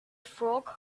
frog